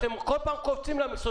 אתם כל פעם קופצים למכסות החדשות.